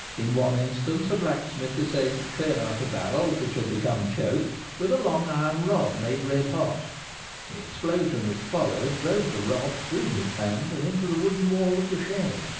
in one instance a blacksmith essayed to clear out a barrel which had become choked with a long iron rod made red-hot the explosion which followed drove the rod through his hand and into the wooden wall of the shed.